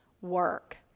work